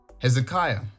Hezekiah